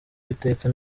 uwiteka